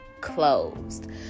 Closed